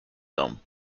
them